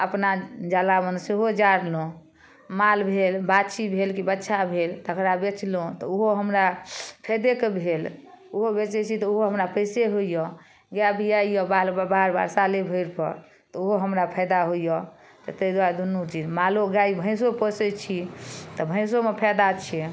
अपना जलावन सेहो जारलहुँ माल भेल बाछी भेल की बच्छा भेल तकरा बेचलहुँ तऽ ओहो हमरा फायदे कऽ भेल ओहो बेचै छी तऽ ओहो हमरा पैसे होइए आओर बिआइये बार बार साले भरिपर तऽ ओहो हमरा फायदे होइए तऽ तै दुआरे दुन्नू चीज मालो गाय भेंसो पोसय छी तऽ भेंसमे फायदा छै